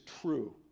true